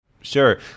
sure